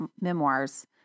memoirs